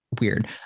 weird